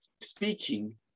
speaking